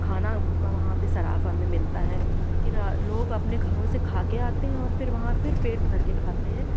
खाना का वहाँ पे सराफ़ा में मिलता है कि लोग अपने घरों से खा के आते हैं और फिर वहाँ फिर पेट भर के खाते हैं